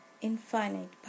infinite